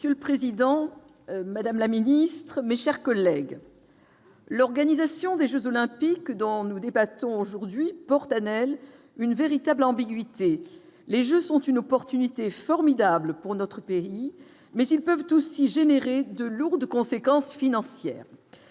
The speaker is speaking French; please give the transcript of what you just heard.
Monsieur le Président, Madame la Ministre, mais chers collègues. L'organisation des Jeux olympiques, dont nous débattons aujourd'hui porte à Noël, une véritable ambiguïté, les jeux sont une opportunité formidable pour notre pays, mais ils peuvent aussi générer de lourdes conséquences financières,